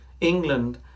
England